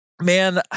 man